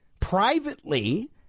privately